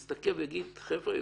שיגיד: חבר'ה,